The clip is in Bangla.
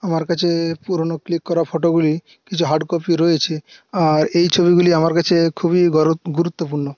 আমার কাছে পুরোনো ক্লিক করা ফটোগুলি কিছু হার্ড কপি রয়েছে আর এই ছবিগুলি আমার কাছে খুবই গুরুত্বপূর্ণ